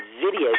video